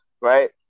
right